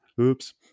Oops